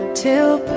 till